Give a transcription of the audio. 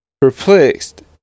perplexed